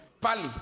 Pali